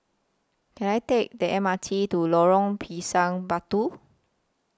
Can I Take The M R T to Lorong Pisang Batu